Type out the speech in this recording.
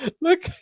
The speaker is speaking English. Look